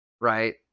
Right